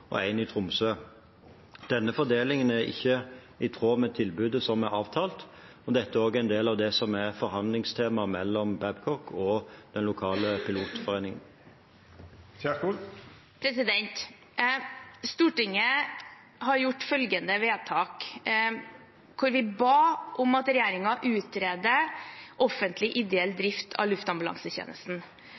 og én i Tromsø. Denne fordelingen er ikke i tråd med tilbudet som er avtalt, og dette er også en del av forhandlingstemaet mellom Babcock og den lokale pilotforeningen. Det vert opna for oppfølgingsspørsmål – først Ingvild Kjerkol. Stortinget har gjort følgende vedtak: